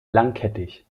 langkettig